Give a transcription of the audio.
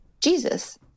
Jesus